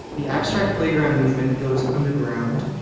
the abstract playground movement goes underground,